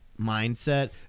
mindset